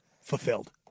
fulfilled